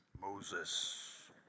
Moses